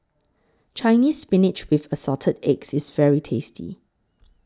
Chinese Spinach with Assorted Eggs IS very tasty